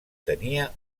tenia